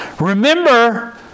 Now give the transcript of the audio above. Remember